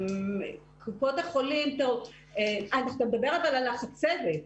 אתה מדבר על החצבת.